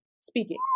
speaking